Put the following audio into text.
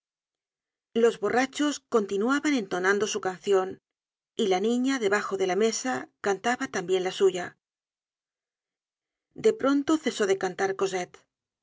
los borrachos continuaban entonando su cancion y la niña debajo de la mesa cantaba tambien la suya de pronto cesó de cantar